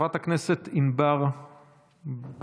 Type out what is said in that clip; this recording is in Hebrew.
חברת הכנסת ענבר בזק.